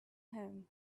home